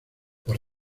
por